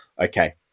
Okay